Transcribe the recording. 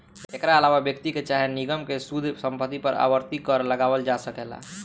एकरा आलावा व्यक्ति के चाहे निगम के शुद्ध संपत्ति पर आवर्ती कर लगावल जा सकेला